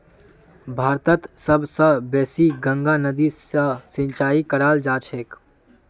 भारतत सब स बेसी गंगा नदी स सिंचाई कराल जाछेक